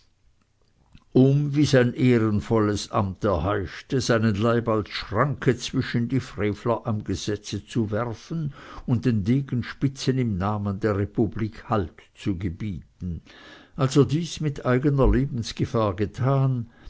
um wie sein ehrenvolles amt erheischte seinen leib als schranke zwischen die frevler am gesetze zu werfen und den degenspitzen im namen der republik halt zu gebieten als er dies mit eigener lebensgefahr getan